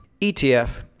ETF